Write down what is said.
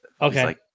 okay